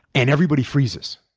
and everybody freezes.